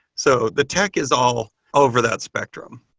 so the tech is all over that spectrum.